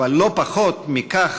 אבל לא פחות מזה,